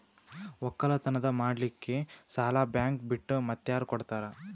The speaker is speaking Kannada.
ಒಕ್ಕಲತನ ಮಾಡಲಿಕ್ಕಿ ಸಾಲಾ ಬ್ಯಾಂಕ ಬಿಟ್ಟ ಮಾತ್ಯಾರ ಕೊಡತಾರ?